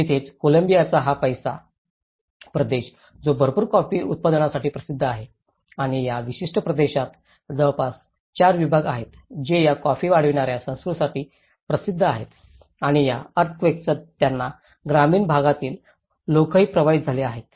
तिथेच कोलंबियाचा हा पैसा प्रदेश जो भरपूर कॉफी उत्पादनांसाठी प्रसिध्द आहे आणि या विशिष्ट प्रदेशात जवळपास 4 विभाग आहेत जे या कॉफी वाढविणार्या संस्कृतीसाठी प्रसिद्ध आहेत आणि या अर्थक्वेकचा त्यांना ग्रामीण भागातील लोकही प्रभावित झाले आहेत